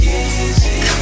easy